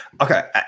okay